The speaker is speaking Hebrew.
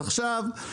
עכשיו,